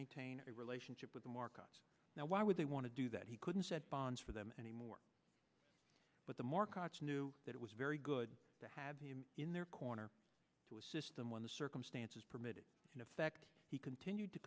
maintain a relationship with the markets now why would they want to do that he couldn't set bonds for them anymore but the markets knew that it was very good to have him in their corner to assist them when the circumstances permitted in effect he continued to